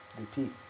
Repeat